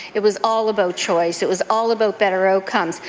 it was all about choice. it was all about better outcomes.